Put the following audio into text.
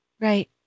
Right